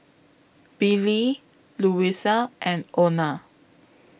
Billie Louisa and Ona